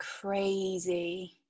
crazy